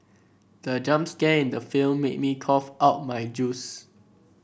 the jump scare in the film made me cough out my juice